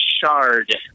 shard